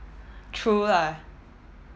true lah